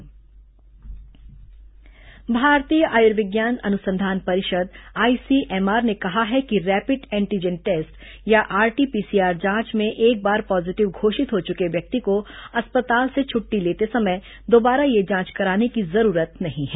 ICMR परामर्श भारतीय आयुर्विज्ञान अनुसंधान परिषद आईसीएमआर ने कहा है कि रैपिड एंटीजन टेस्ट या आरटी पीसीआर जांच में एक बार पॉजिटिव घोषित हो चुके व्यक्ति को अस्पताल से छुट्टी देते समय दोबारा यह जांच कराने की जरुरत नहीं है